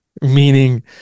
meaning